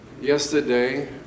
Yesterday